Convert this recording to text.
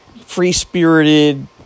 free-spirited